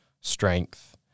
strength